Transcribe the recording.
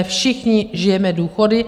Všichni žijeme důchody.